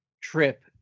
trip